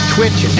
Twitch